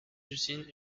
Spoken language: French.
usines